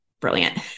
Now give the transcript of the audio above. brilliant